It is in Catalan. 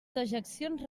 dejeccions